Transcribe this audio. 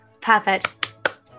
Perfect